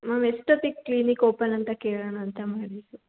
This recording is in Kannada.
ಮ್ಯಾಮ್ ಎಷ್ಟೊತ್ತಿಗೆ ಕ್ಲಿನಿಕ್ ಓಪನ್ ಅಂತ ಕೇಳೋಣ ಅಂತ ಮಾಡೀವಿ